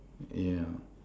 yeah